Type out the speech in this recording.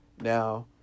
now